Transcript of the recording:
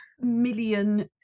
million